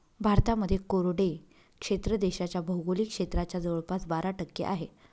भारतामध्ये कोरडे क्षेत्र देशाच्या भौगोलिक क्षेत्राच्या जवळपास बारा टक्के आहे